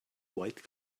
white